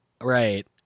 Right